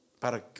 Para